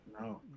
No